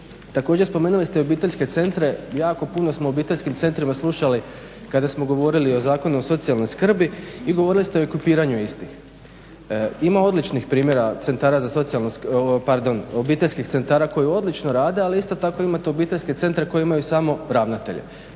Također spomenuli ste i obiteljske centra. Jako puno smo o obiteljskim centrima slušali kada smo govorili o Zakonu o socijalnoj skrbi i govorili ste o ekipiranju istih. Ima odličnih primjera centara za socijalnu, pardon, obiteljskih centara koji odlično rade ali isto tako imate obiteljske centra koji imaju samo ravnatelje.